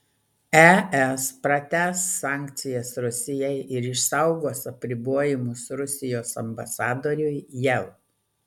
es pratęs sankcijas rusijai ir išsaugos apribojimus rusijos ambasadoriui jav